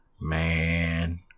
man